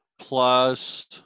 plus